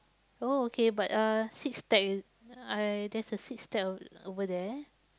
oh okay but uh six stack uh there's a six stack over there